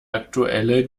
aktuelle